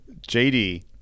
JD